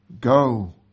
Go